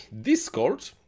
discord